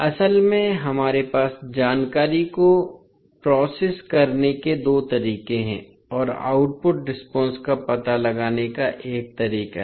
असल में हमारे पास जानकारी को प्रोसेस करने के दो तरीके हैं और आउटपुट रेस्पॉन्स का पता लगाने का एक तरीका है